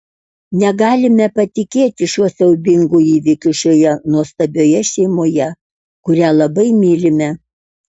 negalime patikėti šiuo siaubingu įvykiu šioje nuostabioje šeimoje kurią labai mylime